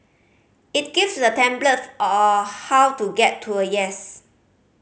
it gives a template how to get to a yes